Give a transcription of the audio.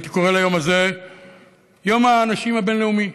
הייתי קורא ליום הזה "יום האנשים הבין-לאומי".